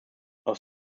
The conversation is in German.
aus